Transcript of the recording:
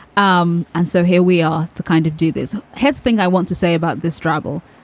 um and so here we are to kind of do this has things i want to say about this trouble.